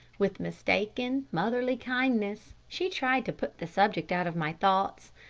with mistaken, motherly kindness, she tried to put the subject out of my thoughts.